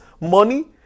money